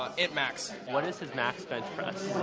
it max. what is his max bench press?